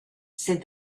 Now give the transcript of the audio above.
said